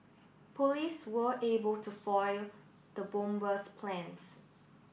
police were able to foil the bomber's plans